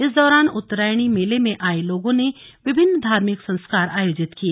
इस दौरान उत्तरायणी मेले में आए लोगों ने विभिन्न धार्मिक संस्कार आयोजित किए